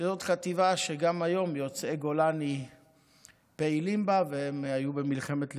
שזאת חטיבה שגם היום יוצאי גולני פעילים בה והם היו במלחמת לבנון.